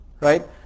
right